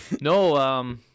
No